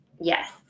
Yes